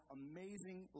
amazing